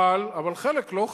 חל, אבל חלק לא חל.